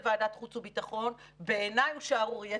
לוועדת החוץ והביטחון בעיניי הוא שערורייתי.